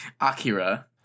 Akira